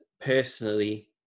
personally